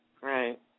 right